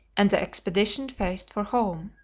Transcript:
and the expedition faced for home.